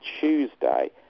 Tuesday